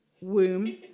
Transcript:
womb